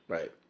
Right